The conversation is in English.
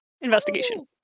Investigation